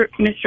Mr